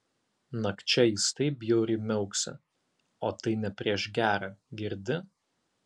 nakčia jis taip bjauriai miauksi o tai ne prieš gera girdi